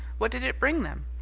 what did it bring them?